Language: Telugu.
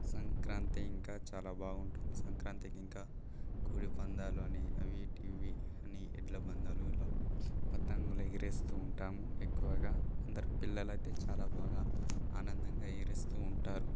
సంక్రాంతి ఇంకా చాలా బాగుంటుంది సంక్రాంతికి ఇంకా కోడి పందాలు అని వీటివి అని ఎడ్ల పందాలు ఇలా పతంగులు ఎగరేస్తూ ఉంటాము ఎక్కువగా అందరూ పిల్లలయితే చాలా బాగా ఆనందంగా ఎగరేస్తూ ఉంటారు